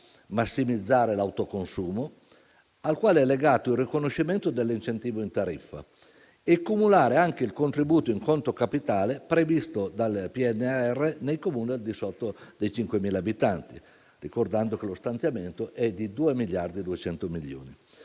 massimizzare l'autoconsumo, al quale è legato il riconoscimento dell'incentivo in tariffa, e cumulare anche il contributo in conto capitale previsto dal PNRR nei Comuni al di sotto dei 5.000 abitanti, ricordando che lo stanziamento è di 2 miliardi e 200 milioni.